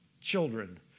children